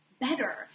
better